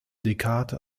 descartes